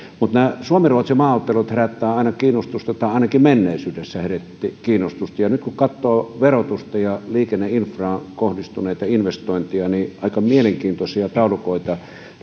nämä suomi ruotsi maaottelut herättävät aina kiinnostusta tai ainakin menneisyydessä herättivät kiinnostusta ja nyt kun katsoo verotusta ja liikenneinfraan kohdistuneita investointeja niin aika mielenkiintoisia taulukoita